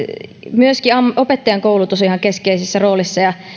myöskin opettajankoulutus on ihan keskeisessä roolissa ja